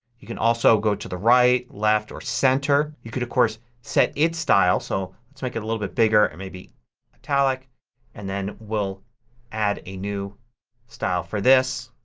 you could also go to the right, left, or center. you could, of course, set its style so let's make it a little bit bigger and maybe italic and then we'll add a new style for this.